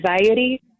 anxiety